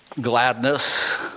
gladness